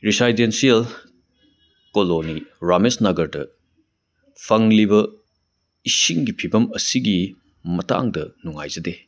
residential colony Ramesh ꯅꯥꯒꯔꯗ ꯐꯪꯂꯤꯕ ꯏꯁꯤꯡꯒꯤ ꯐꯤꯕꯝ ꯑꯁꯤꯒꯤ ꯃꯇꯥꯡꯗ ꯅꯨꯡꯉꯥꯏꯖꯗꯦ